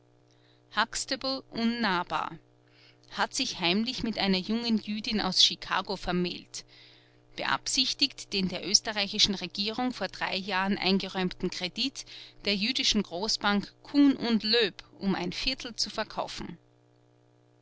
unnahbar hat sich heimlich mit einer jungen jüdin aus chicago vermählt beabsichtigt den der österreichischen regierung vor drei jahren eingeräumten kredit der jüdischen großbank kuhn und loeb um ein viertel zu verkaufen